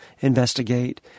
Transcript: investigate